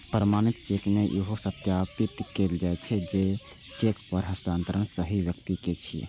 प्रमाणित चेक मे इहो सत्यापित कैल जाइ छै, जे चेक पर हस्ताक्षर सही व्यक्ति के छियै